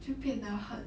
就变了很